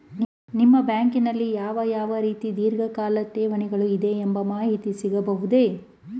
ನಿಮ್ಮ ಬ್ಯಾಂಕಿನಲ್ಲಿ ಯಾವ ಯಾವ ರೀತಿಯ ಧೀರ್ಘಕಾಲ ಠೇವಣಿಗಳು ಇದೆ ಎಂಬ ಮಾಹಿತಿ ಸಿಗಬಹುದೇ?